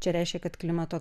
čia reiškia kad klimato